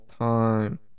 time